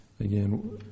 again